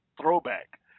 throwback